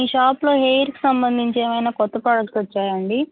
మీ షాప్లో హెయిర్కి సంబంధించి ఏమైనా కొత్త ప్రోడక్ట్స్ వచ్చాయండి